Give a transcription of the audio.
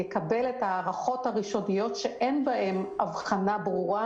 שיקבל את הערכות הראשוניות שאין בהן אבחנה ברורה